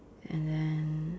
and then